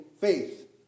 faith